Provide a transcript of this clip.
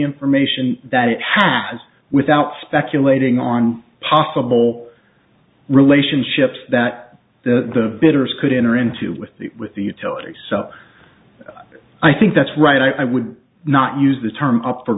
information that it has without speculating on possible relationships that the bidders could enter into with the with the utility so i think that's right i would not use the term up for